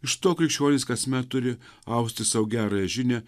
iš to krikščionys kasmet turi austi sau gerąją žinią